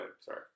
Sorry